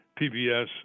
PBS